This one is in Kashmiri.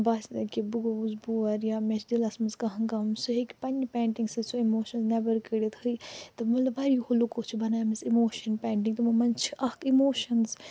باسہِ نہَ کہِ بہٕ گوُس بور یا مےٚ چھُ دِلَس مَنٛز کانٛہہ غَم سُہ ہیٚکہِ پنٕنہِ پینٹِنٛگ سۭتۍ اِموٗشَنٕز نیٚبر کٔڈِتھ ہٲوِتھ تہٕ مَطلَب واریاہو لُکو چھِ بَنامژٕ اِموٗشن پینٹِنٛگ تِمو منٛزٕ چھِ اَکھ اِموشنٕز